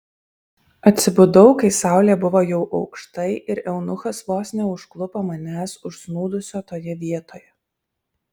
atsibudau kai saulė buvo jau aukštai ir eunuchas vos neužklupo manęs užsnūdusio toje vietoje